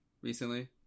recently